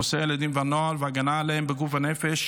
נושא הילדים והנוער והגנה עליהם בגוף הנפש